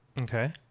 Okay